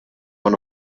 one